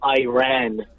Iran